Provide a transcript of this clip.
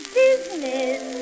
business